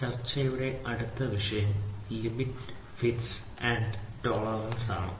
ചർച്ചയുടെ അടുത്ത വിഷയം limit fit and tolerance Limits Fits and Tolerances എന്നിവയാണ്